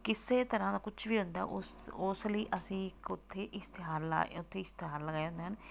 ਕਿਸੇ ਤਰ੍ਹਾਂ ਦਾ ਕੁਛ ਵੀ ਹੁੰਦਾ ਉਸ ਉਸ ਲਈ ਅਸੀਂ ਇੱਕ ਉੱਥੇ ਇਸ਼ਤਿਹਾਰ ਲਾ ਉੱਥੇ ਇਸ਼ਤਿਹਾਰ ਲਗਾਇਆ ਹੁੰਦਾ ਹਨ